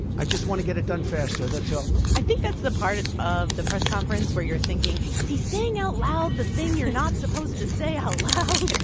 i just want to get it done faster. that's all i think that's the part of the press conference where you're thinking, is he saying out loud the thing you're not supposed to say out loud?